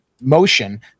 motion